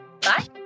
bye